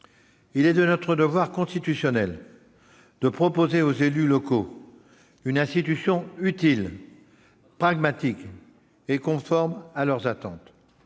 Il est de notre devoir constitutionnel de proposer aux élus locaux une institution utile, pragmatique et conforme à leurs attentes.